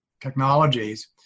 technologies